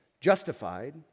Justified